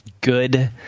good